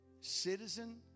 citizen